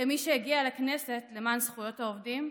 כמי שהגיעה לכנסת למען זכויות העובדים,